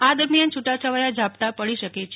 આ દરમિયાન છૂટાછવાયા ઝાપડા પડી શકે છે